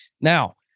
now